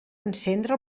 encendre